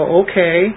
okay